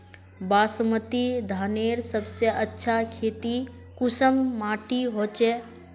बासमती धानेर सबसे अच्छा खेती कुंसम माटी होचए?